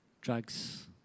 Drugs